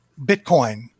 Bitcoin